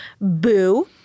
Boo